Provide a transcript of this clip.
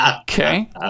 Okay